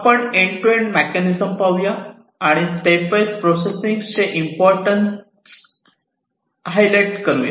आपण end to end mechanism पाहूया आणि स्टेप वाईज प्रोसेसिंग चे इम्पॉर्टन्स चित्र हाय लाइट करू या